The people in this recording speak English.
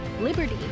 liberty